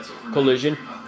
collision